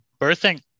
Birthing